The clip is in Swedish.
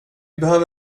behöver